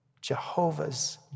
Jehovah's